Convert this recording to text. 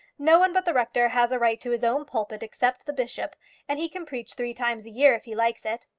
no one but the rector has a right to his own pulpit except the bishop and he can preach three times a year if he likes it.